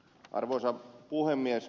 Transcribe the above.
arvoisa puhemies